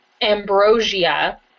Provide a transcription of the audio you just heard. Ambrosia